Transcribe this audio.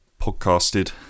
podcasted